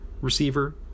receiver